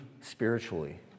spiritually